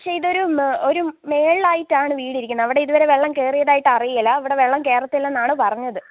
പക്ഷേ ഇതൊരു മെ ഒരു മുകളിലായിട്ടാണ് വീടിരിക്കുന്നത് അവിടിതുവരെ വെള്ളം കയറിയതായിട്ടറിയേല അവിടെ വെള്ളം കയറത്തില്ലെന്നാണ് പറഞ്ഞത്